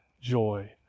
joy